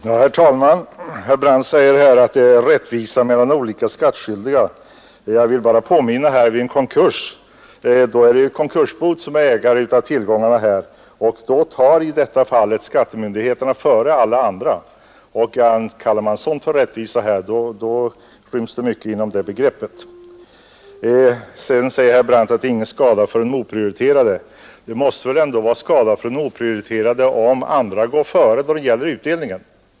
Herr talman! Herr Brandt säger här att det är rättvisa mellan olika skattskyldiga. Jag vill bara påminna om att vid en konkurs är det konkursboet som är ägare av tillgångarna, och då tar skattemyndigheterna ut sina fordringar före alla andra. Kallar man sådant för rättvisa, ryms det mycket inom det begreppet. Sedan säger herr Brandt att ingen skada sker för de oprioriterade. Det måste ändå vara till skada för den oprioriterade om andra går före då det gäller utdelningen.